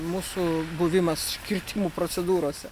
mūsų buvimas kirtimų procedūrose